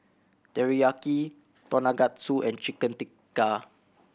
Teriyaki Tonkatsu and Chicken Tikka